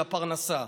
לפרנסה.